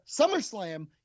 SummerSlam